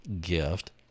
gift